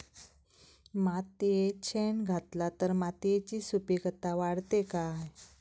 मातयेत शेण घातला तर मातयेची सुपीकता वाढते काय?